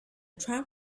tram